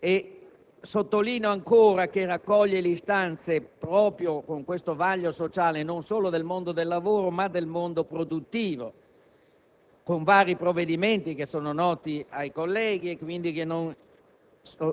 Sottolineo ancora, che raccoglie le istanze - proprio con questo vaglio sociale - non solo del mondo del lavoro, ma del mondo produttivo, con vari provvedimenti noti ai colleghi e che quindi non